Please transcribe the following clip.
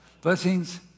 Blessings